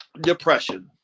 depression